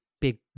big